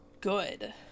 good